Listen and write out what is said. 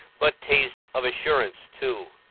but taste of assurance too.